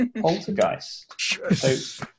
poltergeist